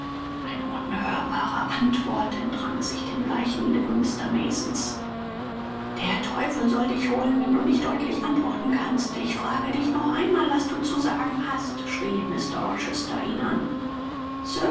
eine unhörbare antwort entrang sich den bleichen lippen mr masons der teufel soll dich holen wenn du nicht deutlich antworten kannst ich frage dich noch einmal was du zu sagen hast schrie mr rochester ihn an